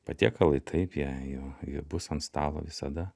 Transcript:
patiekalai taip jie jo jie bus ant stalo visada